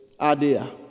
idea